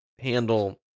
handle